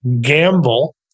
gamble